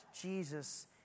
Jesus